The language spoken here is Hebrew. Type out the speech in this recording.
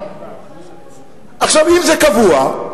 אם זה קבוע,